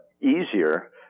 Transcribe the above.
easier